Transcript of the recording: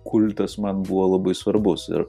kultas man buvo labai svarbus ir